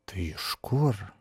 tu iš kur